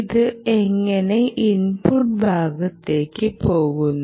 ഇത് എങ്ങനെ ഇൻപുട്ട് ഭാഗത്തേക്ക് പോകുന്നു